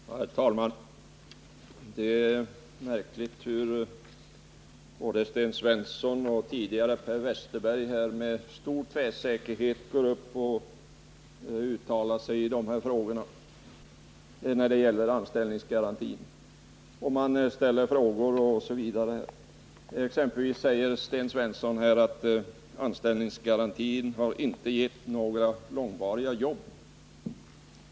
Herr talman! Det är märkligt hur tvärsäkert både Sten Svensson och Per Westerberg uttalar sig och ställer frågor när det gäller anställningsgarantin. Sten Svensson säger exempelvis att anställningsgarantin inte har gett några långvariga jobb.